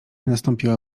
nastąpiła